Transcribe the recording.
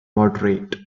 moderate